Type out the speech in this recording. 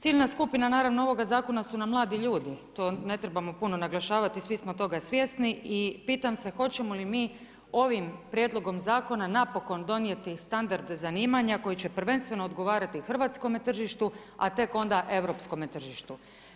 Ciljna skupina naravno ovoga zakona su nam mladi ljudi, to ne trebamo puno naglašavati, svi smo toga svjesni i pitam se hoćemo li mi ovim prijedlogom zakona, napokon donijeti standarde zanimanja, koji će prvenstveno odgovarati hrvatskome tržištu, a tek onda europskome tržištu.